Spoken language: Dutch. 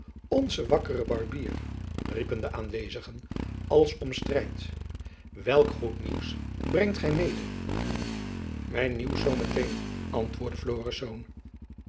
onze wakkere barbier riepen de aanwezigen als om strijd welk goed nieuws brengt gy mede mijn nieuws zoo met-een antwoordde